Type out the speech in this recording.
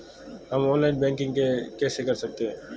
हम online banking कैसे कर सकते हैं?